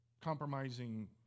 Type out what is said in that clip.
compromising